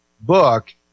book